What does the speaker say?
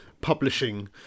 publishing